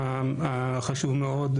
לשיפור החשוב מאוד,